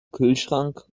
kühlschrank